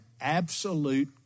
absolute